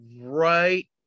right